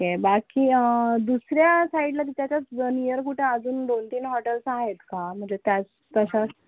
ठीक आहे बाकी दुसऱ्या साईडला त्याच्याच निअर कुठे अजून दोन तीन हॉटेल्स आहेत का म्हणजे त्यात कशा